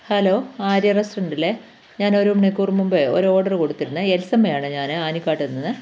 hello Arya റെസ്റ്ററെൻറ്റല്ലേ ഞാൻ ഒരു മണിക്കൂര് മുമ്പേ ഒരു ഓർഡർ കൊടുത്തിരുന്നെ എത്സമ്മയാണ് ഞാന് ആനിക്കാട്ടുനിന്ന്